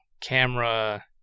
camera